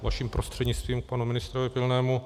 Vaším prostřednictvím k panu ministrovi Pilnému.